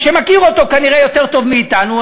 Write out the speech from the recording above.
שמכיר אותו כנראה יותר טוב מאתנו,